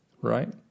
Right